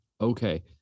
Okay